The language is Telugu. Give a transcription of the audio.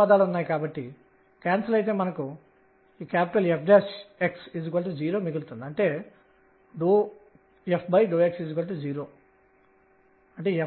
మొదలైనవి అవుతుంది మరీ ముఖ్యంగా ఇప్పుడు మన దగ్గర ఉన్నవి 3 క్వాంటం సంఖ్యలు